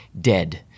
dead